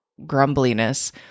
grumbliness